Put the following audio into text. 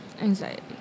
anxiety